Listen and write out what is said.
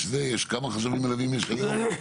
כמה חשבים מלווים יש כיום?